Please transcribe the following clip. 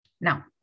Now